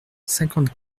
cinquante